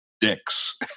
Dicks